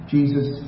Jesus